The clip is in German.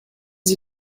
sie